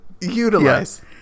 utilize